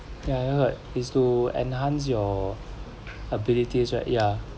ya that is to enhance your abilities right ya